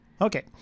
Okay